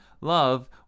love